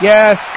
Yes